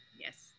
Yes